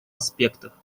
аспектах